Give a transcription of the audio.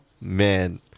man